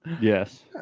Yes